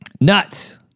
nuts